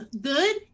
good